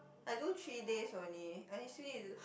I do three days only I still need to do